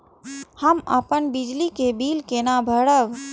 हम अपन बिजली के बिल केना भरब?